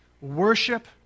worship